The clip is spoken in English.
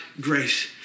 grace